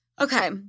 Okay